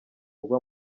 ugwa